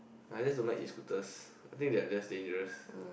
I just don't like Escooters I think they are just dangerous